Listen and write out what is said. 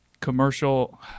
commercial